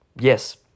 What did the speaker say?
yes